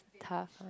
tough one